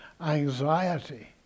anxiety